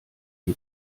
mir